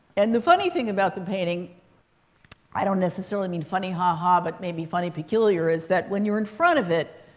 and the funny thing about the painting i don't necessarily mean funny ha-ha, but maybe funny peculiar is that, when you're in front of it,